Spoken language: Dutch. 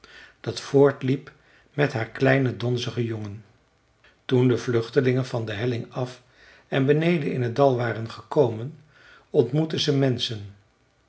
dat voortliep met haar kleine donzige jongen toen de vluchtelingen van de helling af en beneden in het dal waren gekomen ontmoetten ze menschen